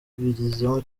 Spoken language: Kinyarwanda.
yabigizemo